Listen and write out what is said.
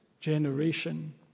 generation